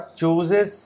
chooses